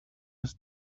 his